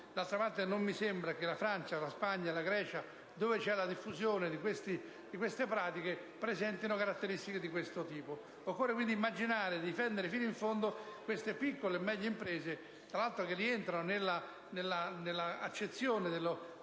D'altra parte, non mi sembra che la Francia, la Spagna e la Grecia, dove si registra la diffusione di queste pratiche, presentino caratteristiche di questo tipo. Occorre quindi immaginare di difendere fino in fondo queste piccole e medie imprese, che tra l'altro rientrano nella accezione dello